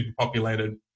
superpopulated